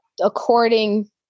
according